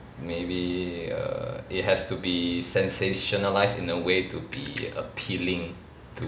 maybe err it has to be sensationalised in a way to be appealing